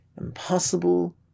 impossible